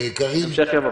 המשך יבוא.